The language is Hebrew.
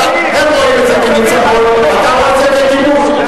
הם רואים את זה כניצחון ואתה רואה את זה ככיבוש.